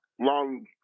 Long